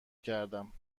کردم